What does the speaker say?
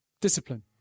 Discipline